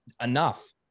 enough